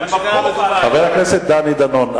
חבר הכנסת דני דנון,